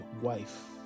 wife